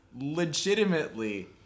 legitimately